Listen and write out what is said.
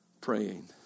praying